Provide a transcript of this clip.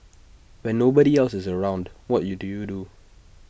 when nobody else is around what you do you do